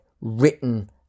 written